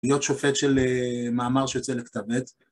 להיות שופט של מאמר שיוצא לכתב עת